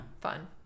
Fun